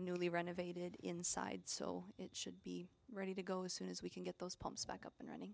newly renovated inside so it should be ready to go as soon as we can get those pumps back up and r